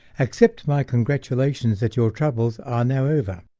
accept my congratulations that your troubles are now over.